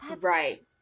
Right